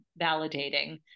validating